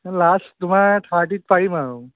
last তোমাৰ থাৰ্টীত পাৰিম আৰু